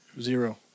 Zero